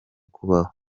kubaho